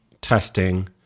testing